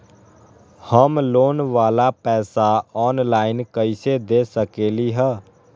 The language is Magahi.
हम लोन वाला पैसा ऑनलाइन कईसे दे सकेलि ह?